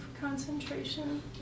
concentration